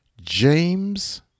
James